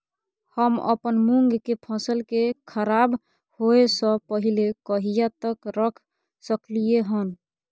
हम अपन मूंग के फसल के खराब होय स पहिले कहिया तक रख सकलिए हन?